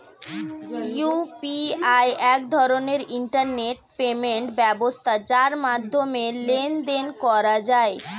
UPI এক ধরনের internet payment ব্যবস্থা যার মাধ্যমে লেনদেন করা যায়